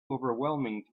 overwhelming